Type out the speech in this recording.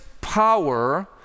power